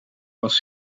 was